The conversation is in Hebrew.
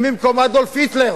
אם במקום אדולף היטלר